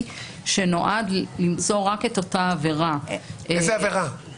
שנועד למצוא רק את אותה עבירה --- איזו עבירה?